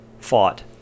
fought